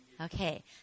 Okay